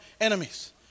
enemies